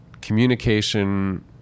communication